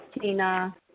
Tina